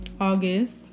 August